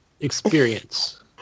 Experience